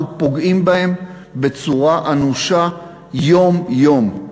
אנחנו פוגעים בהם בצורה אנושה יום-יום.